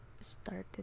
started